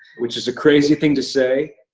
which is a crazy thing to say.